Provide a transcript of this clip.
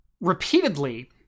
repeatedly